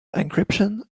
encryption